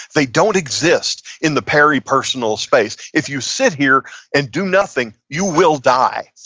they don't exist in the peripersonal space. if you sit here and do nothing, you will die.